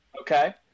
okay